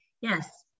yes